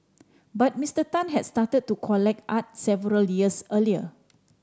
but Mister Tan has started to collect art several years earlier